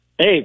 Hey